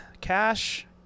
Cash